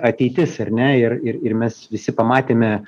ateitis ar ne ir ir ir mes visi pamatėme